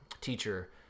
teacher